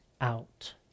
out